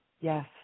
Yes